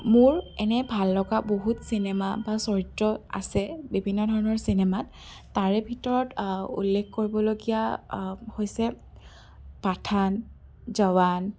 মোৰ এনে ভাল লগা বহুত চিনেমা বা চৰিত্ৰ আছে বিভিন্ন ধৰণৰ চিনেমাত তাৰে ভিতৰত উল্লেখ কৰিবলগীয়া হৈছে পাঠান জৱান